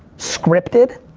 scripted?